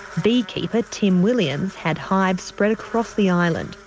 beekeeper tim williams had hives spread across the island.